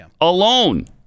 alone